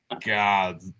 god